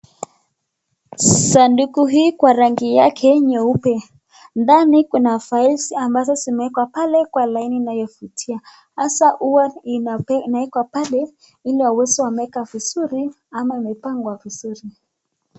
Sanduku hii kwa rangi yake nyeupe, ndani kuna files ambazo zimeekwa pale kwa laini inayovutia hasa huwa inaekwa pale ili waweze wameeka vizuri ama imepangwa vizuri.